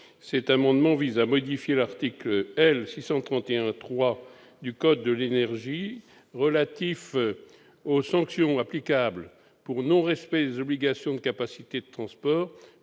Cet amendement vise à modifier l'article L.631-3 du code de l'énergie relatif aux sanctions applicables pour non-respect des obligations en matière de capacité de transport